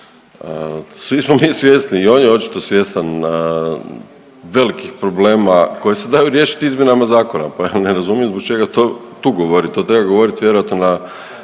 svi smo mi svjesni i on je očito svjestan velikih problema koji se daju riješiti izmjenama zakona, pa ja ne razumijem zbog čega to tu govorit, to treba govorit vjerojatno na